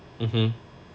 mmhmm